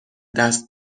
دست